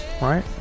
right